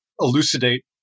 elucidate